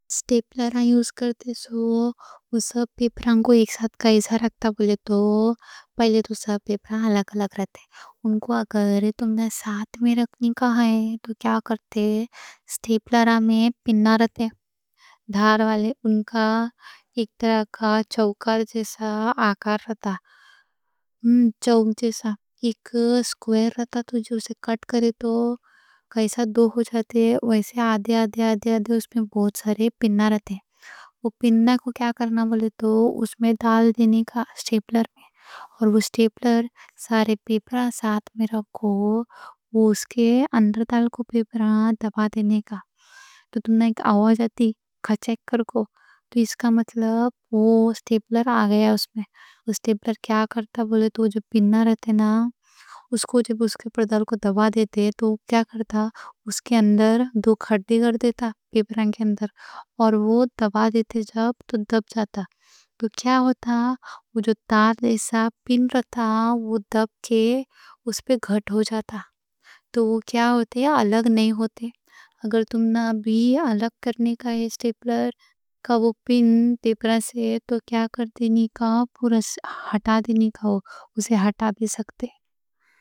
سٹیپلرہ یوز کرتے سو، اس پیپراں کو ایک ساتھ کیسا رکھتا بولے تو۔ پہلے تو پیپراں الگ الگ رہتے، ان کو اگر تم نا ساتھ میں رکھنی کا ہے تو کیا کرتے۔ سٹیپلرہ میں پنہ رہتے، دھار والے، ان کا ایک طرح کا چوکر جیسا آکار رہتا، چوک جیسا ایک سکوئر رہتا۔ جو اسے کٹ کرے تو کیسا دو ہو جاتے، ویسے آدھے آدھے آدھے۔ اس پر بہت سارے پنہ رہتے۔ وہ پنہ کو کیا کرنا بولے تو، اس میں ڈال دینے کا، سٹیپلرہ۔ اور وہ سٹیپلرہ، سارے پیپراں ساتھ میں رکھو، وہ اس کے اندر ڈال کو پیپراں دبا دینے کا۔ تو تم نا ایک آواز آتی، کچک کرکو، تو اس کا مطلب وہ سٹیپلر آگیا ہے اس میں۔ وہ سٹیپلرہ کیا کرتا بولے تو، جو پنہ رہتے نا، اس کو جب اس کے پر ڈال کو دبا دیتے تو وہ کیا کرتا، اس کے اندر دو کھٹے کر دیتا، پیپراں کے اندر۔ اور وہ دبا دیتے جب تو دب جاتا۔ تو کیا ہوتا، وہ جو تار دیسا پن رہتا، وہ دب کے اس پہ گھٹ ہو جاتا، تو وہ کیا ہوتے، یہ الگ نہیں ہوتے۔ اگر تم نا بھی الگ کرنے کا ہے، سٹیپلرہ کا وہ پن، پیپراں سے، تو کیا کر دینے کا، پورا ہٹا دینے کا، ہو، اسے ہٹا بھی سکتے۔